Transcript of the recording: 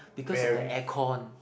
because of the aircon